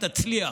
תצליח,